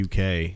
UK-